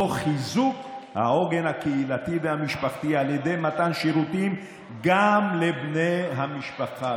תוך חיזוק העוגן הקהילתי והמשפחתי על ידי מתן שירותים גם לבני המשפחה,